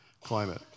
climate